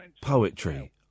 poetry